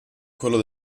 quello